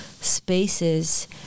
spaces